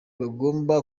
bagomba